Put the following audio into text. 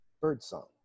birdsong